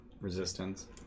resistance